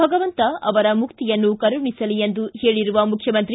ಭಗವಂತ ಅವರಿಗೆ ಮುಕ್ತಿಯನ್ನು ಕರುಣಿಸಲಿ ಎಂದಿರುವ ಮುಖ್ಯಮಂತ್ರಿ